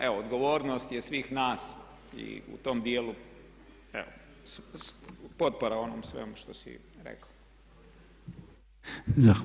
Evo, odgovornost je svih nas i u tom dijelu evo, potpora onom svemu što si rekao.